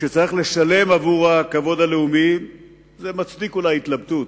וכשצריך לשלם עבור הכבוד הלאומי זה מצדיק אולי התלבטות,